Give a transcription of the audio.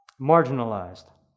marginalized